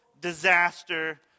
disaster